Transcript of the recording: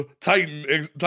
Titan